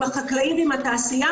עם החקלאים ועם התעשייה.